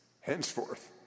Henceforth